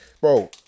Bro